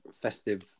festive